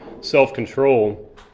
self-control